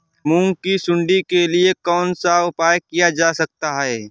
मूंग की सुंडी के लिए कौन सा उपाय किया जा सकता है?